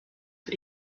für